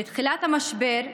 בתחילת המשבר,